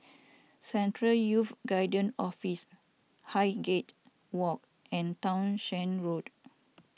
Central Youth Guidance Office Highgate Walk and Townshend Road